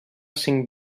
cinc